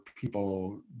people